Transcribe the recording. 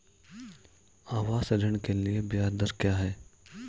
आवास ऋण के लिए ब्याज दर क्या हैं?